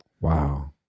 Wow